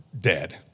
dead